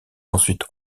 ensuite